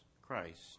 Christ